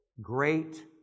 great